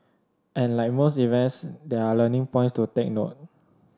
and like most events there are learning points to take note